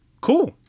cool